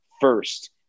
first